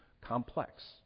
complex